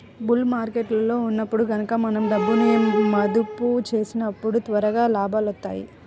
bull మార్కెట్టులో ఉన్నప్పుడు గనక మనం డబ్బును మదుపు చేసినప్పుడు త్వరగా లాభాలొత్తాయి